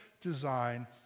design